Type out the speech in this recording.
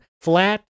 flat